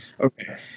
Okay